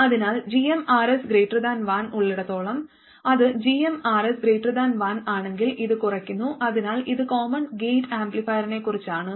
അതിനാൽ gmRs 1 ഉള്ളിടത്തോളം ഇത് gmRs 1 ആണെങ്കിൽ ഇത് കുറയ്ക്കുന്നു അതിനാൽ ഇത് കോമൺ ഗേറ്റ് ആംപ്ലിഫയറിനെക്കുറിച്ചാണ്